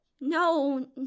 No